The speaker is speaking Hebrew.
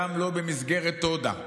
גם לא במסגרת תוד"א,